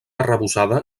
arrebossada